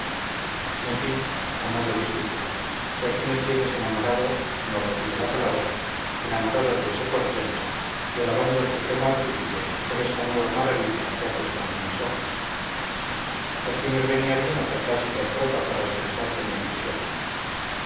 amado discípulo que aquí me tienes enamorado no retiro la palabra enamorado de ese portento y alabando al supremo artífice por esta nueva maravilla que ha puesto ante mis ojos aquí me venía bien otra clásica estrofa para expresarte mi entusiasmo